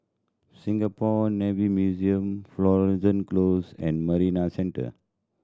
Singapore Navy Museum Florence Close and Marina Centre